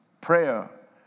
Prayer